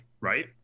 right